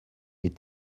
est